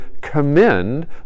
commend